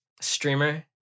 Streamer